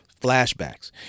flashbacks